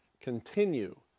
continue